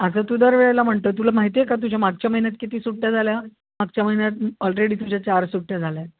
असं तू दर वळेला म्हणतो तुला माहिती आहे का तुझ्या मागच्या महिन्यात किती सुट्ट्या झाल्या मागच्या महिन्यात ऑलरेडी तुझ्या चार सुट्ट्या झाल्या आहेत